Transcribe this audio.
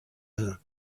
her